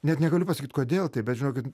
net negaliu pasakyt kodėl taip bet žinokit